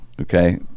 okay